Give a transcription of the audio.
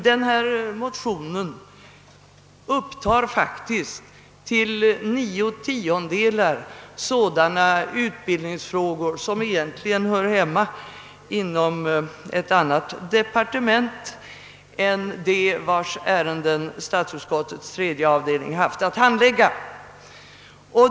Detta motionspar upptar faktiskt till nio tiondelar sådana utbildningsfrågor som egentligen hör hemma inom ett annat departement än det vars ärenden statsutskottets tredje avdelning haft att handlägga.